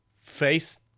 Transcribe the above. face